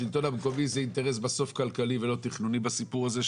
השלטון המקומי זה אינטרס בסוף כלכלי ולא תכנוני בסיפור הזה,